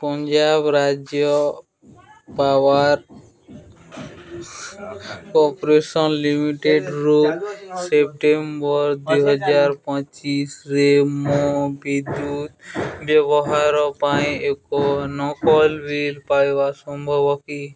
ପଞ୍ଜାବ ରାଜ୍ୟ power corporation ଲିମିଟେଡ଼୍ରୁ September ଦୁଇହାଜରେ ପଚିଶରେ ମୋ ବିଦ୍ୟୁତ ବ୍ୟବହାର ପାଇଁ ଏକ ନକଲ ବିଲ୍ ପାଇବା ସମ୍ଭବ କି